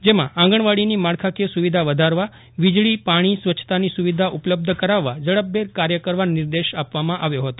જેમાં આંગણવાડીની માળખાકીય સુવિધા વધારવા વીજળી પાણી સ્વચ્છતાની સુવિધા ઉપલબ્ધ કરાવવા ઝડપભેર કાર્ય કરવા નિર્દેશ આપ્યો હતો